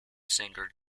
singer